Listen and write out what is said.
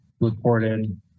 reported